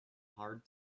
hard